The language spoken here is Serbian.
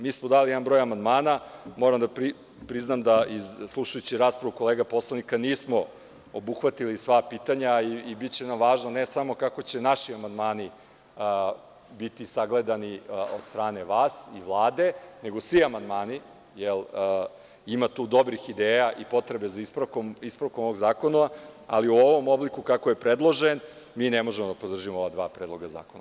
Dali smo jedan broj amandmana, moram da priznam da, slušajući raspravu kolega poslanika, nismo obuhvatili sva pitanja i biće nam važno ne samo kako će naši amandmani biti sagledani od strane vas i Vlade, nego svi amandmani, jer ima tu dobrih ideja i potrebe za ispravkom ovog zakona, ali u ovom obliku kako je predložen, mi ne možemo da podržimo ova dva predloga zakona.